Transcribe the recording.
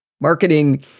Marketing